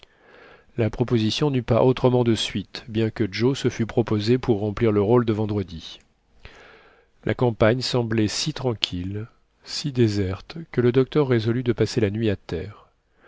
la proposition n'eut pas autrement de suite bien que joe se fût proposé pour remplir le rôle de vendredi la campagne semblait si tranquille si déserte que le docteur résolut de passer la nuit à terre